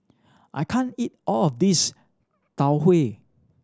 I can't eat all of this Tau Huay